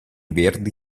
verdi